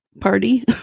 party